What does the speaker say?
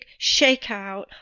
shakeout